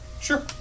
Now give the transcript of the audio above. Sure